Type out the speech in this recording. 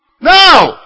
No